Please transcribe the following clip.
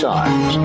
Times